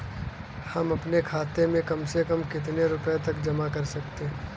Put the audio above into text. हम अपने खाते में कम से कम कितने रुपये तक जमा कर सकते हैं?